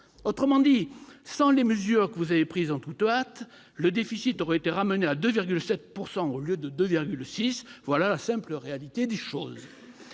Autrement dit, sans les mesures que vous avez prises en toute hâte, le déficit aurait été ramené à 2,7 %, au lieu de 2,6 %: telle est la simple réalité des choses